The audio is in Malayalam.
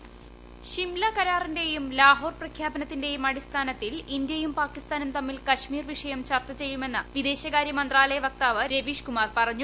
ഷിംലാ കരാറിന്റെയും ലാഹോർ പ്രഖ്യാപനത്തിന്റെയും അടിസ്ഥാനത്തിൽ ഇന്ത്യയും പാകിസ്ഥാനും തമ്മിൽ കശ്മീർ വിഷയം ചർച്ചചെയ്യുമെന്ന് വിദേശകാര്യ മന്ത്രാലയ വൃക്താവ് രവീഷ് കുമാർ പറഞ്ഞു